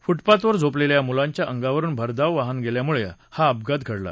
फुटपाथवर झोपलेल्या या मुलांच्या अंगावरुन भरधाव वाहन गेल्यामुळे हा अपघात घडला